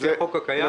לפי החוק הקיים.